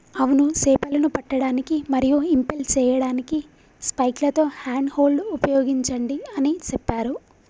అవును సేపలను పట్టడానికి మరియు ఇంపెల్ సేయడానికి స్పైక్లతో హ్యాండ్ హోల్డ్ ఉపయోగించండి అని సెప్పారు